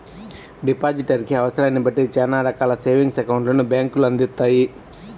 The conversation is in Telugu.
డిపాజిటర్ కి అవసరాన్ని బట్టి చానా రకాల సేవింగ్స్ అకౌంట్లను బ్యేంకులు అందిత్తాయి